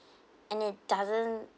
and it doesn't